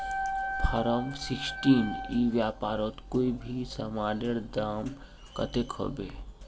Form sixteen ई व्यापारोत कोई भी सामानेर दाम कतेक होबे?